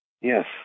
Yes